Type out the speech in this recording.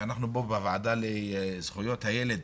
ואנחנו פה בוועדה לזכויות הילד,